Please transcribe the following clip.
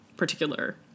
Particular